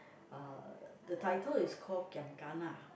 uh the title is call giam-gana